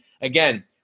Again